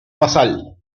basal